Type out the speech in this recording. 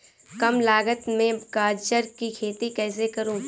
कम लागत में गाजर की खेती कैसे करूँ?